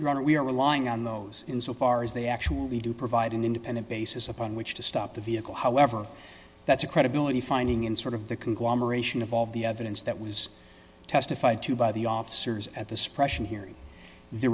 honor we are relying on those insofar as they actually do provide an independent basis upon which to stop the vehicle however that's a credibility finding in sort of the conglomeration of all the evidence that was testified to by the officers at the suppression hearing the